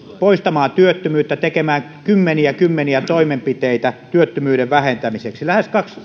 poistamaan työttömyyttä tekemään kymmeniä kymmeniä toimenpiteitä työttömyyden vähentämiseksi lähes